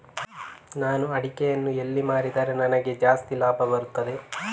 ನಾನು ಅಡಿಕೆಯನ್ನು ಎಲ್ಲಿ ಮಾರಿದರೆ ನನಗೆ ಜಾಸ್ತಿ ಲಾಭ ಬರುತ್ತದೆ?